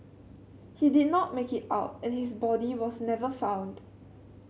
he did not make it out and his body was never found